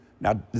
now